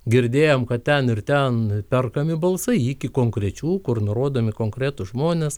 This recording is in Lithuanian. girdėjom kad ten ir ten perkami balsai iki konkrečių kur nurodomi konkretūs žmonės